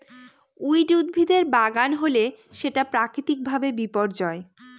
weed উদ্ভিদের বাগানে হলে সেটা প্রাকৃতিক ভাবে বিপর্যয়